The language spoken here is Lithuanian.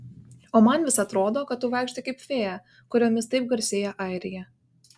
o man vis atrodo kad tu vaikštai kaip fėja kuriomis taip garsėja airija